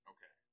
Okay